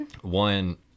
One